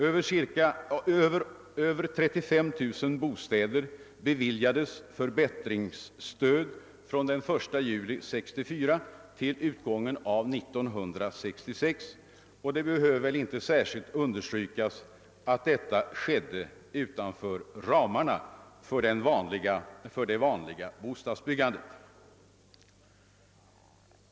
Över 35000 bostäder beviljades förbättringsstöd från den 1 juli 1964 till utgången av 1966, och det behöver väl inte särskilt understrykas att detta skedde utanför ramarna för det vanliga bostadsbyggandet.